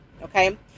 okay